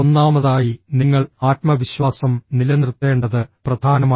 ഒന്നാമതായി നിങ്ങൾ ആത്മവിശ്വാസം നിലനിർത്തേണ്ടത് പ്രധാനമാണ്